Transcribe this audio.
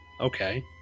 okay